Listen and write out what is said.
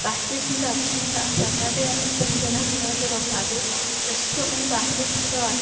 భారతదేశంలో అత్యంత ప్రజాదరణ పొందిన వినోద రూపాలు ప్రస్తుతం భారతదేశంలో